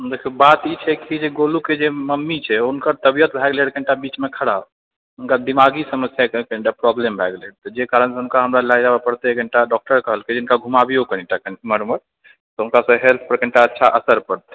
देखिऔ बात ई छै जे कि गोलूके जे मम्मी छै हुनकर तबियत भै गेल रहय कनिटा बीचमे खराप हुनका दिमागी समस्याकऽ कनिटा प्रोब्लेम भै गेल रहय जे कारण हुनका हमरा लय जाबय पड़तै हिनका डॉक्टर कहलकै हिनका घुमेबिऔ कनिटा इमहर उमहर तऽ हुनका हेल्थ पर कनिटाअच्छा असर पड़तनि